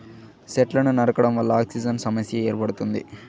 సెట్లను నరకడం వల్ల ఆక్సిజన్ సమస్య ఏర్పడుతుంది